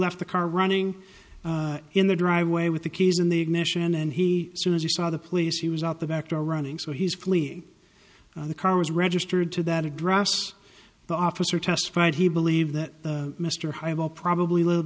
left the car running in the driveway with the keys in the ignition and he soon as he saw the police he was out the back door running so he's fleeing the car was registered to that address the officer testified he believed that mr highball probably live